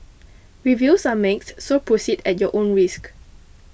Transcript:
reviews are mixed so proceed at your own risk